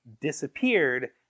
disappeared